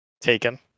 Taken